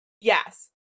Yes